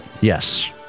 Yes